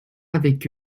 avec